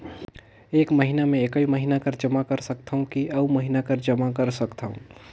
एक महीना मे एकई महीना कर जमा कर सकथव कि अउ महीना कर जमा कर सकथव?